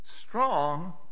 strong